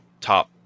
top